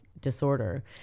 disorder